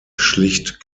schlicht